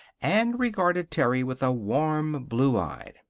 and regarded terry with a warm blue eye.